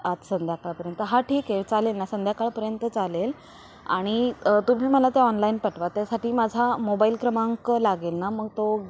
आज संध्याकाळपर्यंत हा ठीक आहे चालेल ना संध्याकाळपर्यंत चालेल आणि तुम्ही मला ते ऑनलाईन पाठवा त्यासाठी माझा मोबाईल क्रमांक लागेल ना मग तो